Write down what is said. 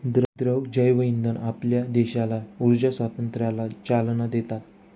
द्रव जैवइंधन आपल्या देशाला ऊर्जा स्वातंत्र्याला चालना देतात